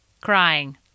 crying